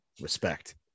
Respect